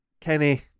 Kenny